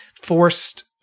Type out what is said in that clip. forced